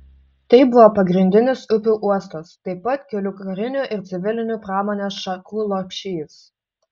tai buvo pagrindinis upių uostas taip pat kelių karinių ir civilinių pramonės šakų lopšys